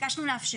ביקשנו לאפשר.